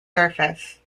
surface